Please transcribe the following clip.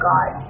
God